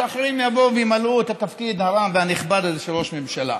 שאחרים יבואו וימלאו את התפקיד הרם והנכבד הזה של ראש ממשלה.